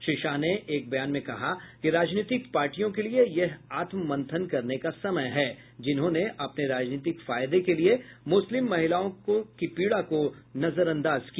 श्री शाह ने एक बयान में कहा कि राजनीतिक पार्टियों के लिए यह आत्म मंथन करने का समय है जिन्होंने अपने राजनीतिक फायदे के लिए मुस्लिम महिलाओं की पीड़ा को नजरअंदाज किया